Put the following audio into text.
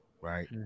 right